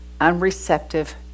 unreceptive